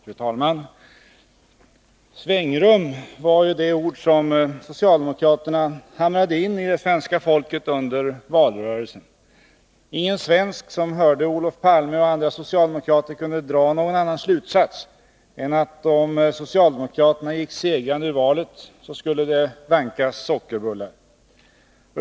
Fru talman! Svängrum var ju det ord som socialdemokraterna hamrade in i det svenska folket under valrörelsen. Ingen svensk som hörde Olof Palme och andra socialdemokrater kunde dra någon annan slutsats än att om socialdemokraterna gick segrande ur valet skulle det vankas sockerbullar.